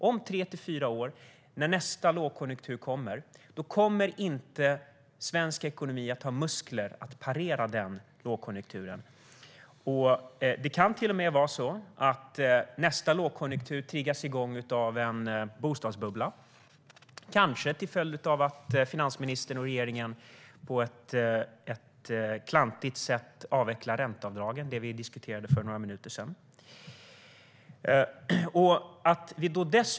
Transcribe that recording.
Om tre fyra år, när nästa lågkonjunktur kommer, då kommer svensk ekonomi inte att ha muskler att parera denna lågkonjunktur. Det kan till och med vara så att nästa lågkonjunktur triggas igång av en bostadsbubbla, kanske till följd av att finansministern och regeringen på ett klantigt sätt avvecklar ränteavdragen. Detta diskuterade vi för några minuter sedan.